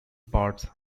parts